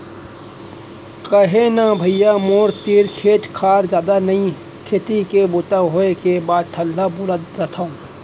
का हे न भइया मोर तीर खेत खार जादा नइये खेती के बूता होय के बाद ठलहा बुलत रथव